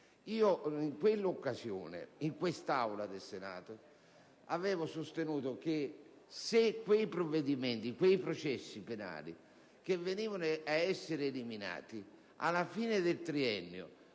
In quella occasione, in quest'Aula del Senato, avevo sostenuto che, se di quei processi penali che venivano ad essere eliminati, alla fine del triennio